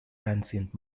ancient